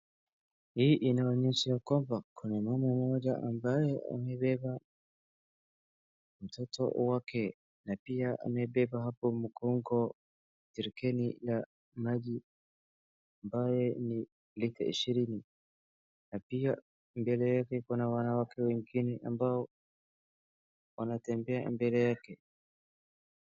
Hii inaonyesha ya kwamba kuna mama mmoja ambaye amebeba mtoto wake, na pia amebeba hapo mgongoni jerikani la maji ambaye ni lita ishirini. Na pia mbele yake kuna wanawake wengine ambao wanatembea mbele yake.